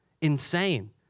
Insane